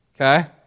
Okay